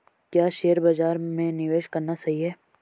क्या शेयर बाज़ार में निवेश करना सही है?